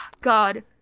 God